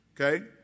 Okay